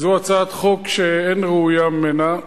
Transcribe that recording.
זו הצעת חוק שאין ראויה ממנה.